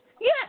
yes